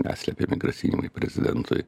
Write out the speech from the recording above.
neslepiami grasinimai prezidentui